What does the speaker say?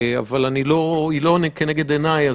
אבל אני לא רואה כנגד עיניי.